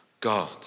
God